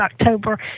October